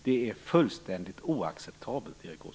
Det är fullständigt oacceptabelt, Erik Åsbrink.